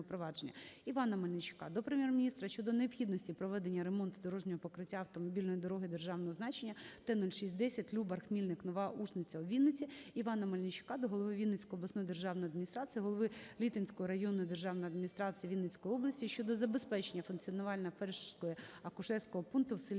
Івана Мельничука до Прем'єр-міністра щодо необхідності проведення ремонту дорожнього покриття автомобільної дороги державного значення Т-06-10 "Любар-Хмільник-Нова-Ушиця" у Вінницькій області. Івана Мельничука до голови Вінницької обласної державної адміністрації, голови Літинської районної державної адміністрації Вінницької області щодо забезпечення функціонування фельдшерсько-акушерського пункту в селі